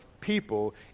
people